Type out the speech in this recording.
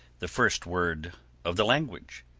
the first word of the language,